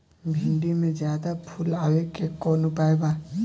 भिन्डी में ज्यादा फुल आवे के कौन उपाय बा?